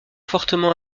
fortement